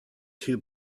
too